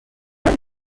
رنگی